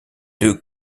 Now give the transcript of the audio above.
deux